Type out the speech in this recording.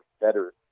better